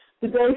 today